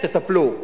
תטפלו,